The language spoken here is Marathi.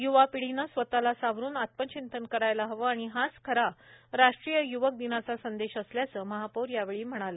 यूवापीढीने स्वतःला सावरून आत्मचिंतन करायला हवे आणि हाच खरा राष्ट्रीय युवक दिनाचा संदेश असल्याचे महापौर यावेळी म्हणाले